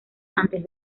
antes